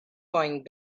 going